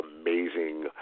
amazing